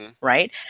Right